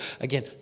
again